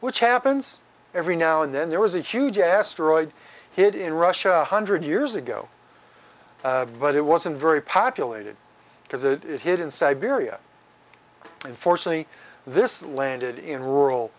which happens every now and then there was a huge asteroid hit in russia hundred years ago but it wasn't very populated because it hit in siberia unfortunately this landed in